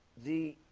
the